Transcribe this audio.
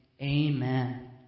Amen